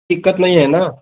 दिक्कत नहीं है ना